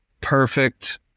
perfect